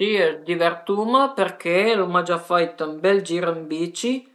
Për resté agiurnà dovru sia i social media che la televiziun.